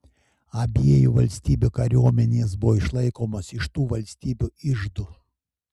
abiejų valstybių kariuomenės buvo išlaikomos iš tų valstybių iždų